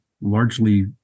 largely